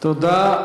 תודה.